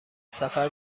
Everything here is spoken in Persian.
سفر